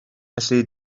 felly